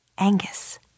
Angus